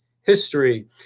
history